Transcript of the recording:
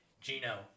Gino